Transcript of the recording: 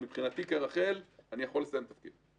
מבחינתי כרח"ל אני יכול לסיים את תפקידי.